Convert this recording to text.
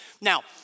now